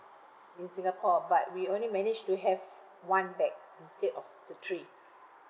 in singapore but we only managed to have one bag instead of the three